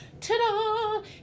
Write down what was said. Ta-da